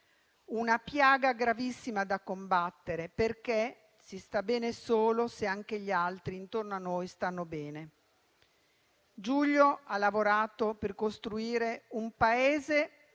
una piaga gravissima da combattere perché si sta bene solo se anche gli altri intorno a noi stanno bene. Giulio ha lavorato per costruire un Paese